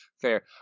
fair